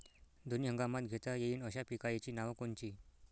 दोनी हंगामात घेता येईन अशा पिकाइची नावं कोनची?